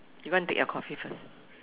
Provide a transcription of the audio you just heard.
you go and take your coffee first